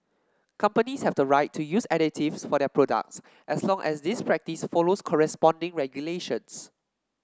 companies have the right to use additives for their products as long as this practice follows corresponding regulations